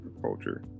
culture